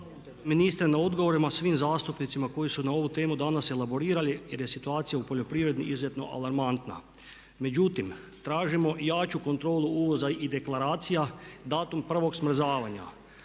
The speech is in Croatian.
naknadno uključen./… svim zastupnicima koji su na ovu temu danas elaborirali jer je situacija u poljoprivredi izuzetno alarmantna. Međutim, tražimo jaču kontrolu uvoza i deklaracija, datum prvog smrzavanja.